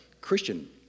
Christian